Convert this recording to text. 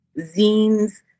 zines